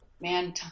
man